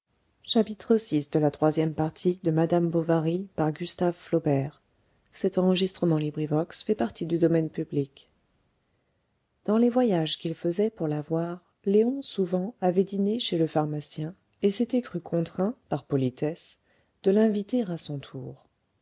dans les voyages qu'il faisait pour la voir léon souvent avait dîné chez le pharmacien et s'était cru contraint par politesse de l'inviter à son tour